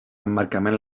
emmarcament